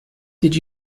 did